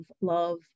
love